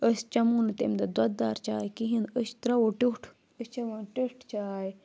أسۍ چَمو نہٕ تَمہِ دۄہ دۄد دار چاے کِہیٖنۍ أسۍ ترٛاوو ٹیٚوٚٹھ أسۍ چھِ یِوان ٹیٚٹھ چاے